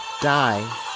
die